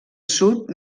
sud